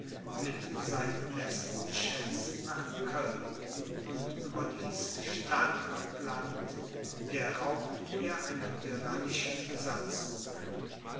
mit seinen besten schätzen nach köln und überließ stadt und land der raubgier einer tyrannischen besatzung